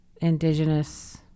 Indigenous